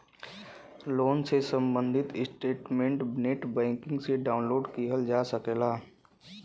loan से सम्बंधित statement net banking से डाउनलोड किहल जा सकला